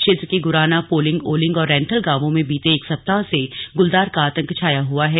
क्षेत्र के गुरना पोलिंग ओलिंग और रैंथल गांवों में बीते एक सप्ताह से गुलदार का आतंक छाया हुआ है